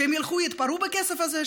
שהם ילכו ויתפרעו בכסף הזה?